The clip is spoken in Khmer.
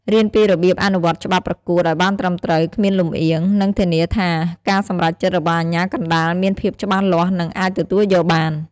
រៀនពីរបៀបអនុវត្តច្បាប់ប្រកួតឲ្យបានត្រឹមត្រូវ គ្មានលំអៀង និងធានាថាការសម្រេចចិត្តរបស់អាជ្ញាកណ្តាលមានភាពច្បាស់លាស់ និងអាចទទួលយកបាន។